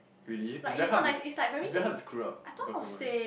really it's very hard to s~ it's very hard to screw up